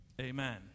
Amen